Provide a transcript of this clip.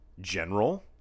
general